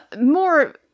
more